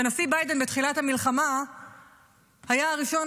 הנשיא ביידן בתחילת המלחמה היה הראשון